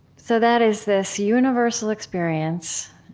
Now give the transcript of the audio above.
so that is this universal experience,